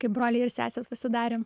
kaip broliai ir sesės pasidarėm